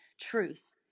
truth